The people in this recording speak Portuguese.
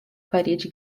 parede